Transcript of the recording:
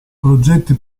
progetti